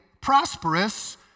prosperous